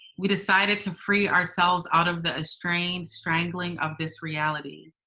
we decided. to free ourselves out of the estranged, strangling of this reality.